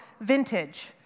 vintage